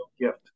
gift